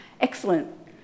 Excellent